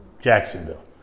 Jacksonville